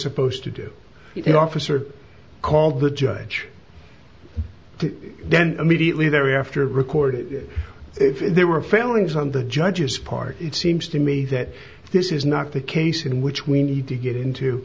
supposed to do it officer called the judge then immediately thereafter a record if there were failings on the judge's part it seems to me that this is not the case in which we need to get into